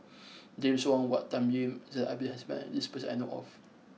James Wong Tuck Yim Zainal Abidin has met this person that I know of